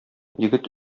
егет